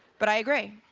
but i agree.